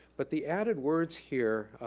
but the added words here